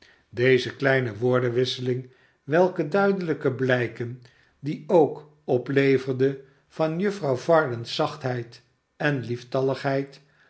deze kleine woordenwisseling welke duidelijke blijken die ook opleverde van juffrouw varden's zachtheid en lieftalligheid